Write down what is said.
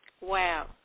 wow